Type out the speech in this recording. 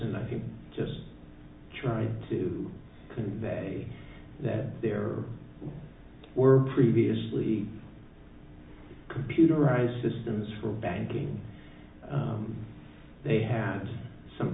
and i just tried to convey that there were previously computerized systems for banking they have some